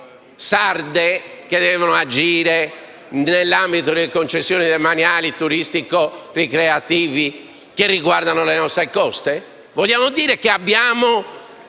sarde che devono agire nell'ambito delle concessioni demaniali turistico-ricreative che riguardano le nostre coste? Vogliamo dire che abbiamo